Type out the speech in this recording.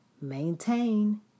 maintain